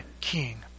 king